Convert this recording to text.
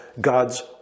God's